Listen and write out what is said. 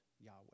Yahweh